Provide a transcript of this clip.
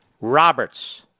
Roberts